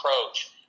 approach